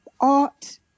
art